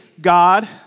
God